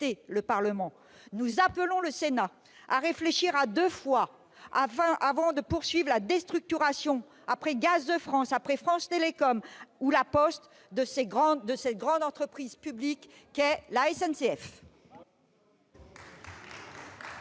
le Parlement ! Nous appelons aussi le Sénat à réfléchir à deux fois avant de poursuivre la déstructuration- après Gaz de France, après France Télécom, après La Poste -de la grande entreprise publique qu'est la SNCF.